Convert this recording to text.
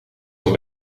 dan